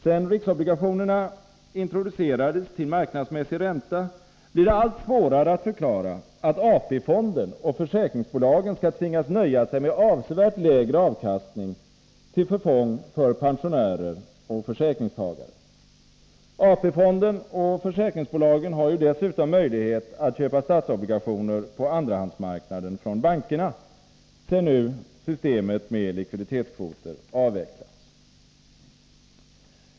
Sedan riksobligationerna introducerades till marknadsmässig ränta blir det allt svårare att förklara att AP-fonden och försäkringsbolagen skall tvingas nöja sig med avsevärt lägre avkastning till förfång för pensionärer och försäkringstagare. AP-fonden och försäkringsbolagen har ju dessutom möjlighet att köpa statobligationer på andrahandsmarknaden från bankerna, sedan nu systemet med likviditetskvoter avvecklats.